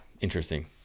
interesting